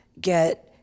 get